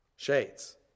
Shades